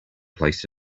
placed